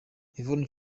yvonne